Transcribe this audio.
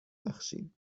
بخشیم